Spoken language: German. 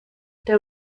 der